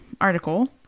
article